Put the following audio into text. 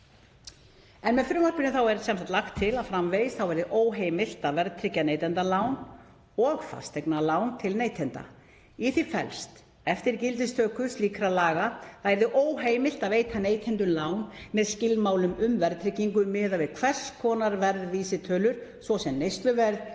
Með frumvarpinu er lagt til að framvegis verði óheimilt að verðtryggja neytendalán og fasteignalán til neytenda. Í því felst að eftir gildistöku slíkra laga yrði óheimilt að veita neytendum lán með skilmálum um verðtryggingu miðað við hvers konar verðvísitölur, svo sem neysluverð,